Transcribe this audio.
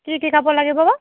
কি কি কাপোৰ লাগিব বা